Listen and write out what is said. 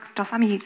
Czasami